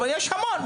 יש המון.